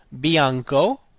bianco